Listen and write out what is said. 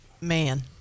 man